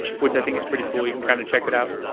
which i think is pretty cool. you can kind of check it out.